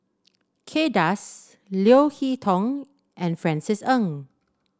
Kay Das Leo Hee Tong and Francis Ng